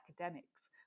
academics